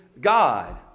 God